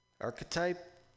Archetype